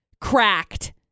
cracked